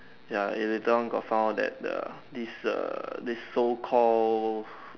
ya it later on got found out that the this err this so call